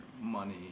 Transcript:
money